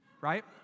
right